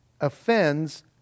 offends